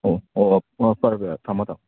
ꯑꯣ ꯑꯣꯑꯣ ꯑꯣ ꯐꯔꯦ ꯐꯔꯦ ꯊꯝꯃꯣ ꯊꯝꯃꯣ